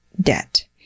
debt